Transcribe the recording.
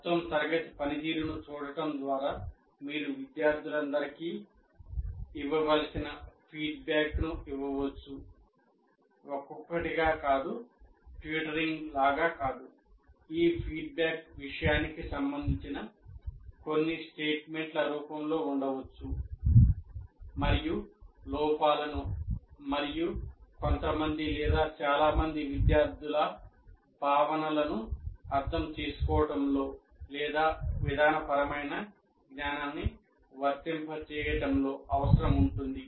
మొత్తం తరగతి పనితీరును చూడటం ద్వారా మీరు విద్యార్థులందరికీ ఇవ్వవలసిన ఫీడ్బ్యాక్ను ఇవ్వవచ్చు ఈ ఫీడ్బ్యాక్ విషయానికి సంబంధించిన కొన్ని స్టేట్మెంట్ల రూపంలో ఉండవచ్చుమరియు లోపాలను మరియు కొంతమంది లేదా చాలా మంది విద్యార్థులు భావనలను అర్థం చేసుకోవడంలో లేదా విధానపరమైన జ్ఞానాన్ని వర్తింపజేయడంలో అవసరం ఉంటుంది